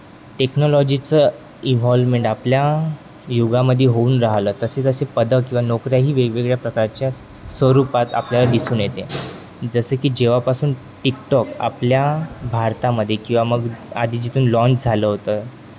टेक्नॉलॉजीचं इव्हॉल्वमेंट आपल्या युगामध्ये होऊन राहिलं तसेच असे पद किंवा नोकऱ्याही वेगवेगळ्या प्रकारच्या स्वरूपात आपल्याला दिसून येते जसं की जेव्हापासून टिकटॉक आपल्या भारतामध्ये किंवा मग आधी जिथून लॉन्च झालं होतं